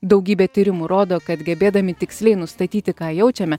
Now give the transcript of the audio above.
daugybė tyrimų rodo kad gebėdami tiksliai nustatyti ką jaučiame